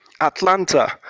Atlanta